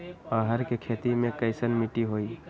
अरहर के खेती मे कैसन मिट्टी होइ?